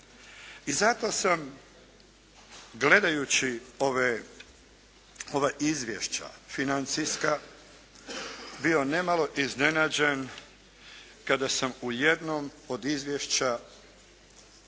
I zato sam gledajući ova izvješća financijska bio ne malo iznenađen kada sam u jednom od izvješća